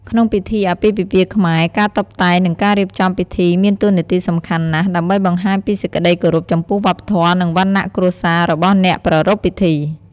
ក្នុងពិធីអាពាហ៍ពិពាហ៍ខ្មែរ ការតុបតែង និងការរៀបចំពិធីមានតួនាទីសំខាន់ណាស់ ដើម្បីបង្ហាញពីសេចក្តីគោរពចំពោះវប្បធម៌ និងវណ្ណៈគ្រួសាររបស់អ្នកប្រារព្ធពិធី។